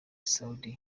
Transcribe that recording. soudy